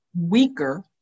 weaker